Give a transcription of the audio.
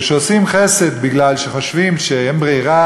כשעושים חסד כי חושבים שאין ברירה,